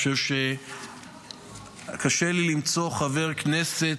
אני חושב שקשה למצוא חבר כנסת,